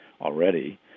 already